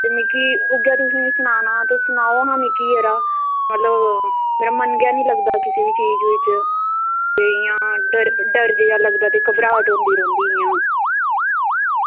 ते मिगी उऐ तुसेंगी सनाना सनाओ हां मिगी यरा ते मतलब मेरा मन गै निं लगदा किसै बी चीज़ इंया डर गेदा लगदा ते घबराहट होंदी रौहंदी इंया